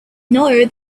know